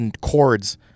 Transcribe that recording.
chords